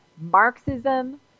Marxism